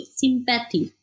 sympathy